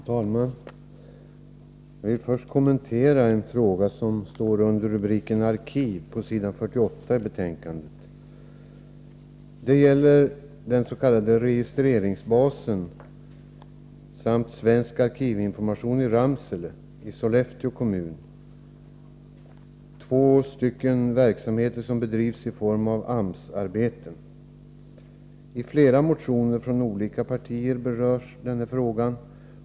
Fru talman! Jag vill börja med att kommentera ett par frågor som behandlats under rubriken Arkiv på s. 48 i betänkandet. Det gäller den s.k. registreringsbasen samt Svensk arkivinformation i Ramsele i Sollefteå kommun, två verksamheter som bedrivs i form av AMS-arbeten. Dessa frågor berörs i flera motioner från olika partier.